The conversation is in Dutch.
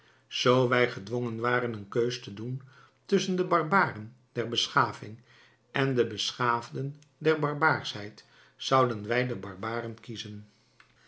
zoo wij gedwongen waren een keus te doen tusschen de barbaren der beschaving en de beschaafden der barbaarschheid zouden wij de barbaren kiezen